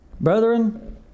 Brethren